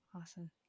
Awesome